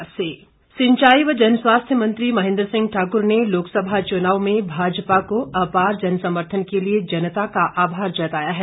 महेन्द्र सिंह सिंचाई व जनस्वास्थ्य मंत्री महेन्द्र सिंह ठाक्र ने लोकसभा चुनाव में भाजपा को अपार जनसमर्थन के लिए जनता का आभार जताया है